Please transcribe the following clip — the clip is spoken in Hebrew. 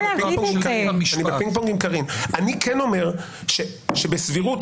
אני כן אומר שבסבירות,